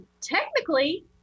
technically